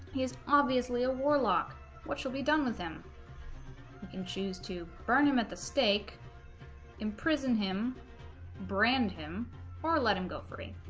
he is obviously ah warlock what she'll be done with him and choose to burn him at the stake imprison him brand him or let him go free